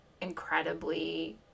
incredibly